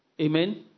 amen